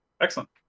excellent